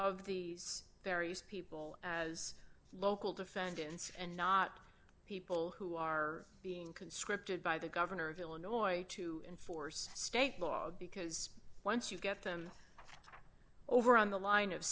of these various people as local defendants and not people who are being conscripted by the governor of illinois to enforce state dog because once you get them over on the line of